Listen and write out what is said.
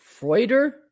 Freuder